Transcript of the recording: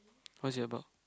what's it about